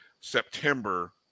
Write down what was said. September